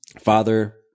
father